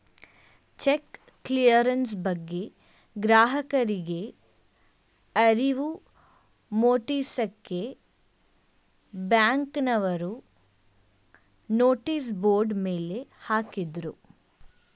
check clearance ಬಗ್ಗೆ ಗ್ರಾಹಕರಿಗೆ ಅರಿವು ಮೂಡಿಸಕ್ಕೆ ಬ್ಯಾಂಕ್ನವರು ನೋಟಿಸ್ ಬೋರ್ಡ್ ಮೇಲೆ ಹಾಕಿದ್ರು